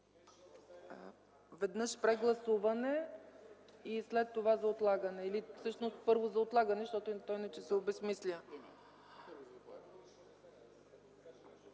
Веднъж прегласуване и след това за отлагане, или всъщност първо за отлагане, защото иначе се обезсмисля?